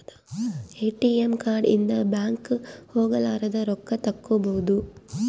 ATM card ಇಂದ bank ಹೋಗಲಾರದ ರೊಕ್ಕ ತಕ್ಕ್ಕೊಬೊದು